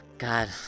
God